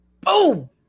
Boom